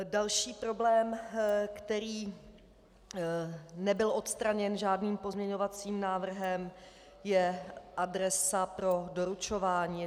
Další problém, který nebyl odstraněn žádným pozměňovacím návrhem, je adresa pro doručování.